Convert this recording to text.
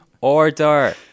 order